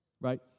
right